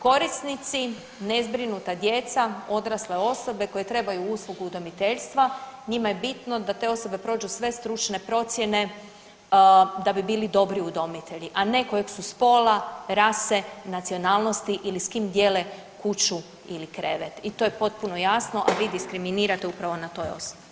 Korisnici nezbrinuta djeca, odrasle osobe koje trebaju uslugu udomiteljstva njima je bitno da te osobe prođu sve stručne procjene da bi bili dobri udomitelji, a ne kojeg su spola, rase, nacionalnosti ili s kim dijele kuću ili krevet i to je potpuno jasno, a vi diskriminirate upravo na toj osnovi.